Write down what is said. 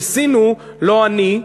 ניסינו לא אני,